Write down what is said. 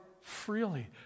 freely